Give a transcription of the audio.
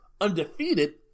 undefeated